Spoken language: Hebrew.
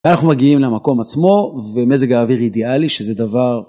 ואנחנו מגיעים למקום עצמו ומזג האוויר אידיאלי שזה דבר.